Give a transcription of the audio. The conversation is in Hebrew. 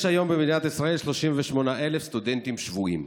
יש היום במדינת ישראל 38,000 סטודנטים שבויים.